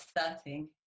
starting